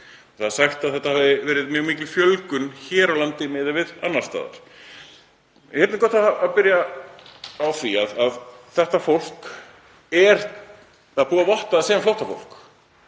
Það er sagt að þetta hafi verið mjög mikil fjölgun hér á landi miðað við annars staðar. Hérna er gott að byrja á því að þetta fólk er búið að votta sem flóttafólk